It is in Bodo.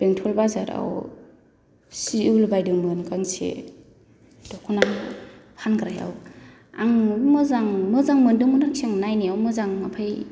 बेंटल बाजाराव सि उल बायदोंमोन गांसे दख'ना फानग्रायाव आं मोजां मोजां मोन्दोंमोन आरोखि नायनायाव मोजां ओमफ्राय